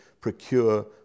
procure